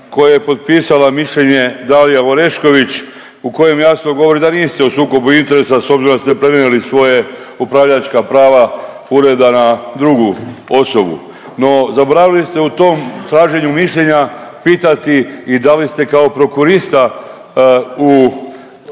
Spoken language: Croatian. koje je potpisala mišljenje Dalija Orešković u kojem jasno govori da niste u sukobu interesa s obzirom da ste prenijeli svoja upravljačka prava ureda na drugu osobu. No, zaboravili ste u tom traženju mišljenja pitati i da li ste kao prokurista u